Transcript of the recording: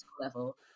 level